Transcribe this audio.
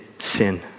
sin